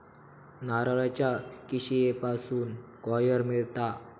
नारळाच्या किशीयेपासून कॉयर मिळता